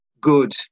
good